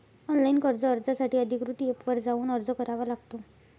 online कर्ज अर्जासाठी अधिकृत एपवर जाऊन अर्ज करावा लागतो